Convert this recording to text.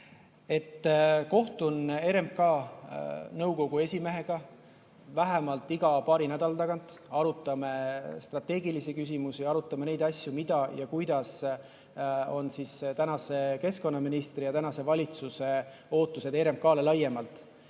Kohtun RMK nõukogu esimehega vähemalt iga paari nädala tagant, arutame strateegilisi küsimusi, arutame neid asju, mis ja millised on tänase keskkonnaministri ja tänase valitsuse ootused RMK‑le laiemalt.